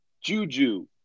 Juju